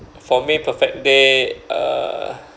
for me perfect day err